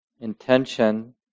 intention